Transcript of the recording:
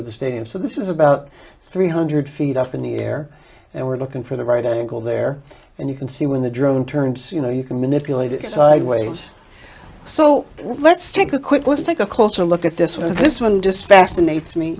of the stadium so this is about three hundred feet up in the air and we're looking for the right angle there and you can see when the drone turns you know you can manipulate it sideways so let's take a quick let's take a closer look at this with this one just fascinates me